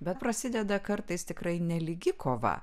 bet prasideda kartais tikrai nelygi kova